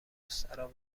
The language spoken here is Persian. مستراح